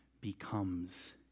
becomes